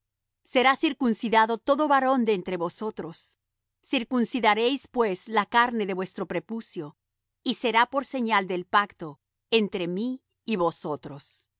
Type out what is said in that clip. será circuncidado todo varón de entre vosotros circuncidaréis pues la carne de vuestro prepucio y será por señal del pacto entre mí y vosotros